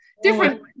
Different